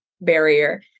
barrier